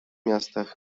miastach